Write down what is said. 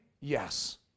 Yes